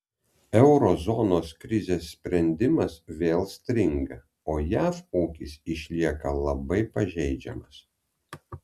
euro zonos krizės sprendimas vėl stringa o jav ūkis išlieka labai pažeidžiamas